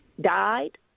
died